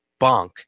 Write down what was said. Bonk